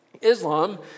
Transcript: Islam